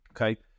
Okay